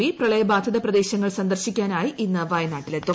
P പ്രളയബാധിത പ്രദേശങ്ങൾ സന്ദർശിക്കാനായി ഇന്ന് വയനാട്ടിലെത്തും